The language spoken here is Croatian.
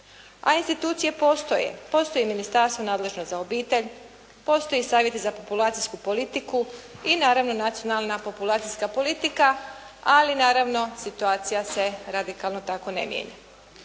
A institucije postoje. Postoje ministarstva nadležna za obitelj. Postoje savjeti za populacijsku politiku i naravno nacionalna populacijska politika ali naravno situacija se radikalno tako ne mijenja.